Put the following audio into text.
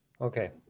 Okay